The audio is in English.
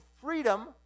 freedom